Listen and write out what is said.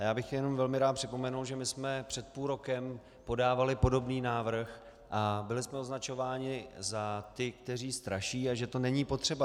Já bych jenom velmi rád připomenul, že jsme před půl rokem podávali podobný návrh a byli jsme označováni za ty, kteří straší, že to není potřeba.